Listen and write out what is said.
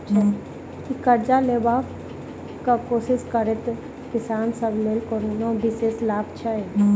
की करजा लेबाक कोशिश करैत किसान सब लेल कोनो विशेष लाभ छै?